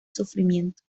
sufrimiento